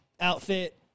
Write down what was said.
outfit